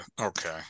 Okay